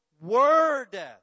word